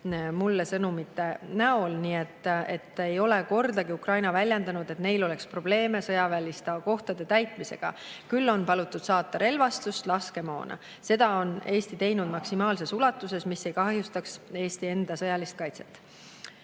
mulle sõnumitena. Kordagi ei ole Ukraina väljendanud, et neil oleks probleeme sõjaväeliste kohtade täitmisega. Küll on palutud saata relvastust, laskemoona. Seda on Eesti teinud maksimaalses ulatuses, nii et see ei kahjustaks Eesti enda sõjalist kaitset.